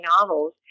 novels